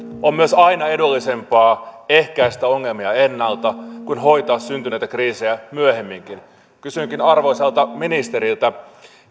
on myös aina edullisempaa ehkäistä ongelmia ennalta kuin hoitaa syntyneitä kriisejä myöhemmin kysynkin arvoisalta ministeriltä